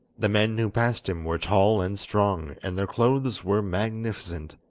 the men who passed him were tall and strong, and their clothes were magnificent.